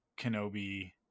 Kenobi